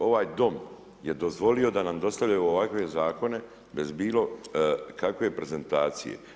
Ovaj Dom je dozvolio da nam dostavljaju ovakve zakone bez bilo kakve prezentacije.